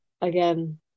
Again